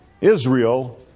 Israel